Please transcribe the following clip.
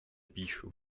píšu